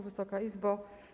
Wysoka Izbo!